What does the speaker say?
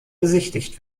besichtigt